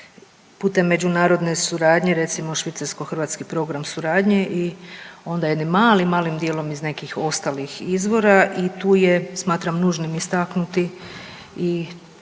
putem međunarodne suradnje recimo Švicarsko-hrvatski program suradnje i onda jednim malim, malim dijelom iz nekih ostalih izvora i tu je smatram nužnim istaknuti i